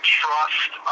trust